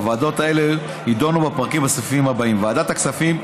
הוועדות האלה ידונו בפרקים ובסעיפים הבאים: ועדת הכספים,